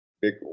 big